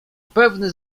pewny